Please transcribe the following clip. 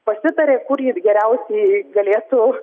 pasitarė kur jis geriausiai galėtų